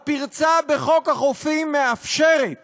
הפרצה בחוק החופים מאפשרת